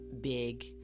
big